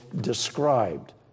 described